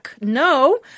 No